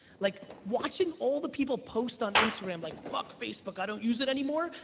like watching all the people post on instagram like, fuck facebook, i don't use it anymore,